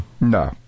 No